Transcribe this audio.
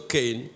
Cain